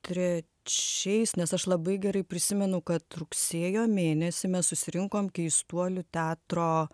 trečiais nes aš labai gerai prisimenu kad rugsėjo mėnesį mes susirinkom keistuolių teatro